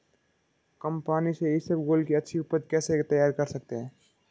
कम पानी से इसबगोल की अच्छी ऊपज कैसे तैयार कर सकते हैं?